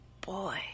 boy